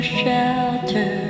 shelter